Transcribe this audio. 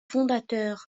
fondateurs